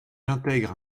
intègre